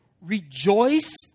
rejoice